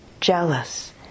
jealous